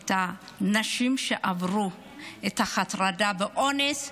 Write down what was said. את הנשים שעברו את ההטרדה ואת האונס,